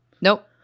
Nope